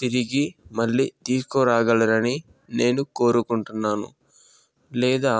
తిరిగి మళ్ళీ తీసుకురాగలరాని నేను కోరుకుంటున్నాను లేదా